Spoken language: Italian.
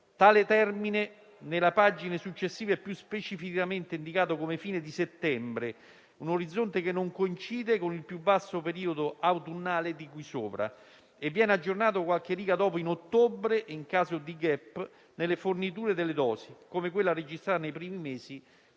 Tale termine, nelle pagine successive, è più specificamente indicato come fine di settembre, un orizzonte che non coincide con il più vasto periodo autunnale di cui sopra. Tale termine viene aggiornato qualche riga dopo in ottobre, in caso di *gap* nelle forniture delle dosi, come quella registrata nei primi mesi